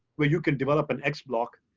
where you can develop an x block,